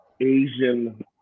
Asian